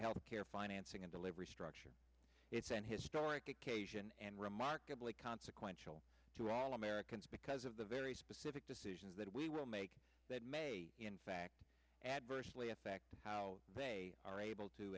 health care financing and delivery structure it's an historic occasion and remarkably consequential to all americans because of the very specific decisions that we will make that may in fact adversely affect how they are able to